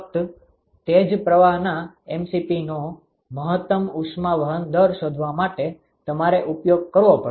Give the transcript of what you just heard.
ફક્ત તે જ પ્રવાહના mCpનો મહત્તમ ઉષ્માવહન દર શોધવા માટે તમારે ઉપયોગ કરવો પડશે